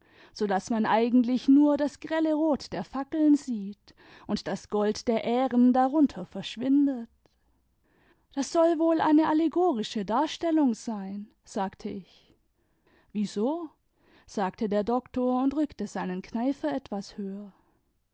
so daß man eigentlich nur das grelle rot der fackeln sieht imd das gold der ähren darunter verschwindet das soll wohl eine allegorische darstellung sein sagte ich wieso sagte der doktor und rückte seinen kneifer etwas höher